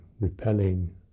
repelling